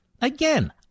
Again